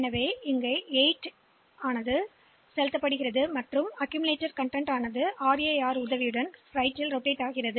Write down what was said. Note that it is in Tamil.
எனவே இங்கே இந்த 8 இதை அமைக்கிறது குறிப்பு நேரம் 0624 இந்த RAR சுழற்சி திரட்டியைச் சரியாகச் செய்கிறது